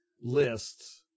lists